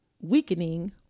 weakening